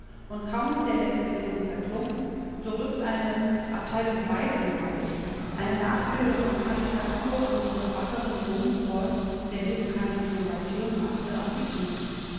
und kaum ist der letzte ton verklungen so rückt eine abteilung waisenhaus eine nachbildung und karikatur unseres wackeren domchors der hier bekanntlich sensation machte auf die bühne